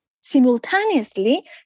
simultaneously